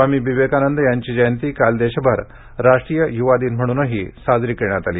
स्वामी विवेकानंद यांची जयंती काल देशभर राष्ट्रीय युवा दिन म्हणून साजरी करण्यात आली